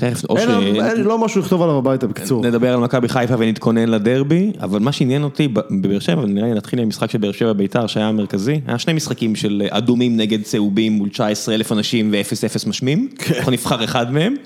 אין... לא משהו לכתוב עליו הביתה בקצור. נדבר על מכבי חיפה ונתכונן לדרבי, אבל מה שעניין אותי בבאר שבע... נראה לי נתחיל עם המשחק שבאר שבע בית"ר שהיה המרכזי, היו שני משחקים של אדומים נגד צהובים, מול 19 אלף אנשים ואפס אפס משעמים, אנחנו נבחר אחד מהם.